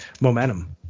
momentum